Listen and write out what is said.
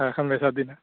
থাৰখান বেচাৰ দিনা